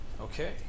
okay